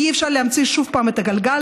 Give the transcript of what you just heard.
אי-אפשר להמציא שוב את הגלגל.